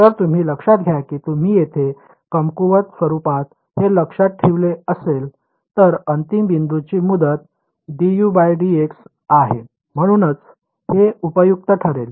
तर तुम्ही लक्षात घ्या की तुम्ही येथे कमकुवत स्वरुपात हे लक्षात ठेवले असेल तर अंतिम बिंदूची मुदत dU dx आहे म्हणूनच हे उपयुक्त ठरेल